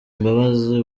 imbabazi